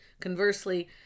Conversely